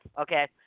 Okay